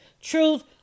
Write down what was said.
truth